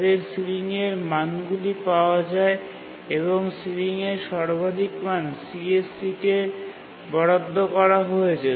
তাদের সিলিংয়ের মানগুলি পাওয়া যায় এবং সিলিংয়ের সর্বাধিক মান CSC কে বরাদ্দ করা হয়েছে